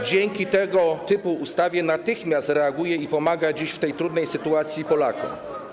dzięki tego typu ustawie natychmiast reaguje i pomaga dziś w tej trudnej sytuacji Polakom.